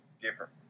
different